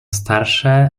starsze